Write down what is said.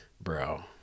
bro